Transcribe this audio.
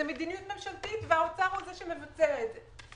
זו מדיניות ממשלתית, והאוצר הוא זה שמבצע את זה.